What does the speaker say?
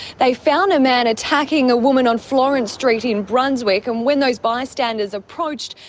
they found a man attacking a woman on florence street in brunswick, and when those bystanders approached,